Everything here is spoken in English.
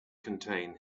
contain